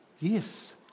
Yes